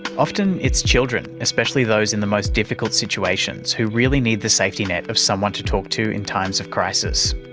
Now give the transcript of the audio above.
often it's children, especially those in the most difficult situations, who really need the safety net of someone to talk to in times of crisis.